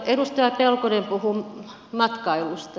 edustaja pelkonen puhui matkailusta